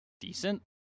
decent